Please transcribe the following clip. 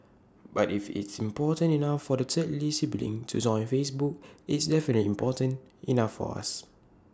but if it's important enough for the third lee sibling to join Facebook it's definitely important enough for us